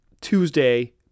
Tuesday